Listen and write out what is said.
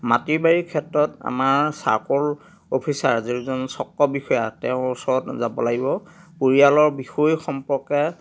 মাটি বাৰীৰ ক্ষেত্ৰত আমাৰ চাৰ্কোল অফিছাৰ যোনজন চক্ৰ বিষয়া তেওঁৰ ওচৰত যাব লাগিব পৰিয়ালৰ বিষয় সম্পৰ্কে